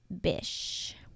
Bish